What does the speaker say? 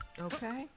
Okay